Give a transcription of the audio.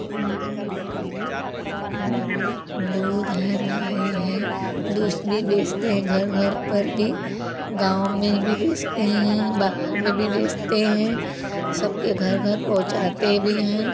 और दूध है मलाई है दूस भी बेचते हैं घर घर पर भी गाँव में भी बेचते हैं बाहर में भी बेचते हैं सबके घर घर पहुंचाते भी हैं